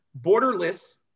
borderless